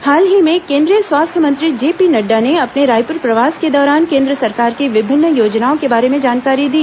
हाल ही में केंद्रीय स्वास्थ्य मंत्री जेपी नड़डा ने अपने रायपुर प्रवास के दौरान केंद्र सरकार की विभिन्न योजनाओं के बारे में जानकारी दी